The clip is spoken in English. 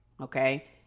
Okay